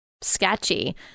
sketchy